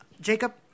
Jacob